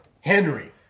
Henry